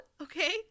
okay